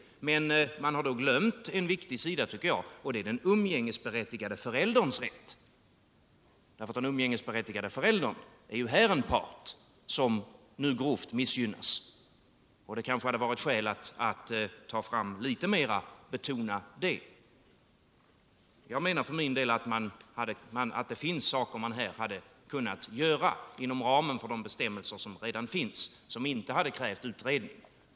Men utskottet har då glömt en viktig sida, tycker jag, och det är den umgängesberättigade förälderns rätt. Den umgängesberättigade föräldern är en part som nu grovt missgynnas, och det hade kanske funnits skäl att betona det litet mer. För min del menar jagatt vissa saker hade kunnat göras inom ramen för de bestämmelser som nu finns utan att detta hade krävt någon utredning.